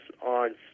on